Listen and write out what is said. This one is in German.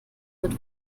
wird